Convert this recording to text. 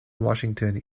washington